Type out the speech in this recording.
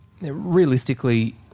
realistically